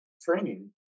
Training